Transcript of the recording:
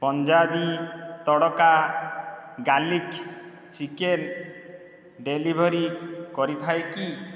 Punjabi tadka garlic chicken delivery କରିଥାଏ କି